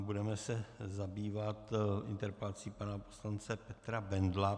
Budeme se zabývat interpelací pana poslance Petra Bendla.